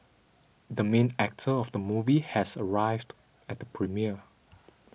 the main actor of the movie has arrived at the premiere